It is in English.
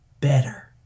better